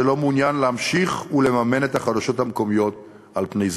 שאינו מעוניין להמשיך לממן את החדשות המקומיות על פני זמן,